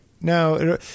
No